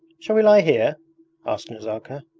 shall we lie here asked nazarka.